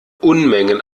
unmengen